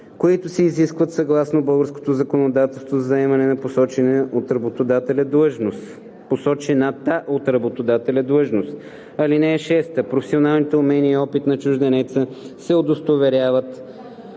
които се изискват съгласно българското законодателство за заемане на посочената от работодателя длъжност. (6) Професионалните умения и опит на чужденеца се удостоверяват